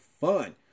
fun